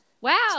wow